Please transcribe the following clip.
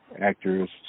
actors